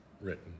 written